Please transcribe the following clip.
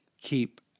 keep